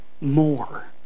more